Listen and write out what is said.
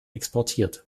exportiert